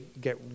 get